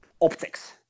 optics